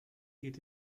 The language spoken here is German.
geht